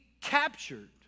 captured